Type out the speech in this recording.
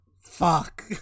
Fuck